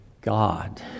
God